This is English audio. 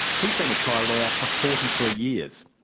he's been a trial lawyer for forty three years.